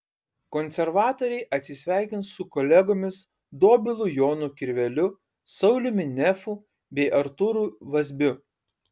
konservatoriai atsisveikins su kolegomis dobilu jonu kirveliu sauliumi nefu bei artūru vazbiu